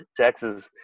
Texas